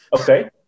Okay